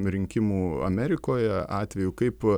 rinkimų amerikoje atveju kaip